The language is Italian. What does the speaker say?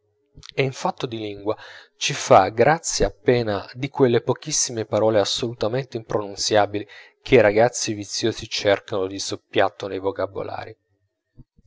e in fatto di lingua ci fa grazia appena di quelle pochissime parole assolutamente impronunziabili che i ragazzi viziosi cercano di soppiatto nei vocabolari